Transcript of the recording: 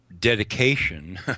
dedication